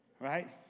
Right